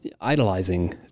idolizing